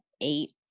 eight